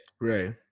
right